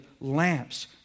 lamps